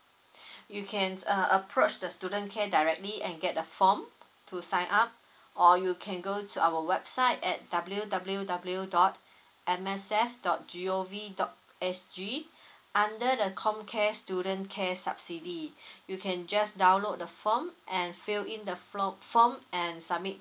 you can err approach the student care directly and get a form to sign up or you can go to our website at W W W dot M S F dot G_O_V dot S_G under the comcare student care subsidy you can just download the form and fill in the floor form and submit